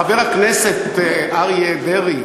חבר הכנסת אריה דרעי,